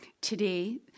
Today